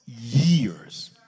years